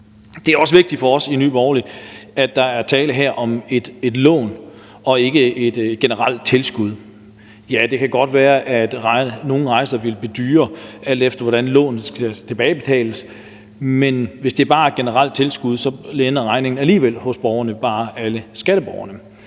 Det er også vigtigt for os i Nye Borgerlige, at der her er tale om et lån og ikke et generelt tilskud. Ja, det kan godt være, at nogle rejser vil blive dyrere, alt efter hvordan lånet skal tilbagebetales, men hvis det bare er et generelt tilskud, lander regningen alligevel hos borgerne, bare hos alle skatteborgerne.